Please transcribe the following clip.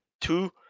two